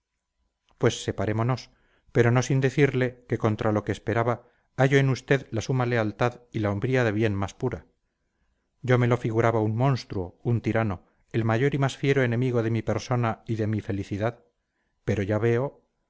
pues separémonos pero no sin decirle que contra lo que esperaba hallo en usted la suma lealtad y la hombría de bien más pura yo me lo figuraba un monstruo un tirano el mayor y más fiero enemigo de mi persona y de mi felicidad pero ya veo